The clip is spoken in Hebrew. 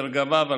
דרגה ו',